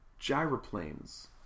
gyroplanes